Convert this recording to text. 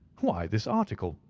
why, this article,